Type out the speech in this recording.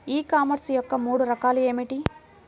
E commerce యొక్క మూడు రకాలు ఏమిటి?